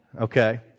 Okay